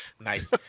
Nice